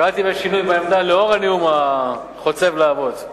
שאלתי אם יש שינוי בעמדה לאור הנאום חוצב הלהבות.